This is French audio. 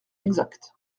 exact